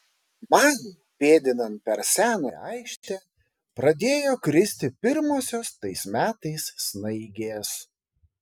man pėdinant per senąją aikštę pradėjo kristi pirmosios tais metais snaigės